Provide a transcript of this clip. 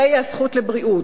היא הזכות לבריאות?